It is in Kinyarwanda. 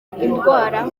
indwara